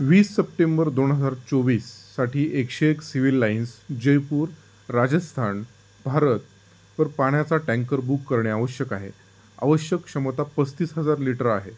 वीस सप्टेंबर दोन हजार चोवीससाठी एकशे एक सिव्हिल लाईन्स जयपूर राजस्थान भारतवर पाण्याचा टँकर बुक करणे आवश्यक आहे आवश्यक क्षमता पस्तीस हजार लिटर आहे